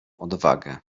odwagę